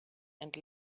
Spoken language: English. and